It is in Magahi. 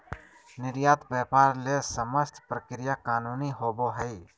निर्यात व्यापार ले समस्त प्रक्रिया कानूनी होबो हइ